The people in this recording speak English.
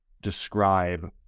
describe